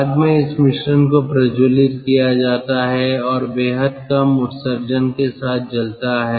बाद में इस मिश्रण को प्रज्वलित किया जाता है और बेहद कम उत्सर्जन के साथ जलता है